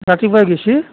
ৰাতিপুৱাই গৈছি